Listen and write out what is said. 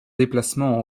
déplacement